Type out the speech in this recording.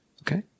Okay